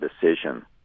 decision